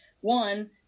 one